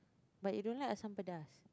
but you don't like asam-pedas